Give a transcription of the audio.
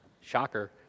shocker